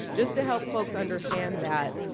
just to help folks understand that,